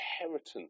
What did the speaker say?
inheritance